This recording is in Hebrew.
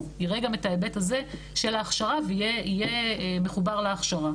יראה גם את ההיבט הזה של ההכשרה ויהיה מחובר להכשרה.